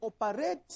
operate